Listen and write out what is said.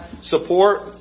support